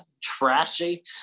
trashy